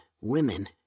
women